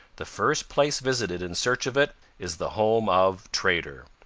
the first place visited in search of it is the home of trader.